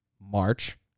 March